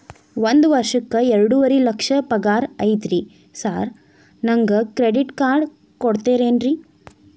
ಒಂದ್ ವರ್ಷಕ್ಕ ಎರಡುವರಿ ಲಕ್ಷ ಪಗಾರ ಐತ್ರಿ ಸಾರ್ ನನ್ಗ ಕ್ರೆಡಿಟ್ ಕಾರ್ಡ್ ಕೊಡ್ತೇರೆನ್ರಿ?